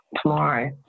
tomorrow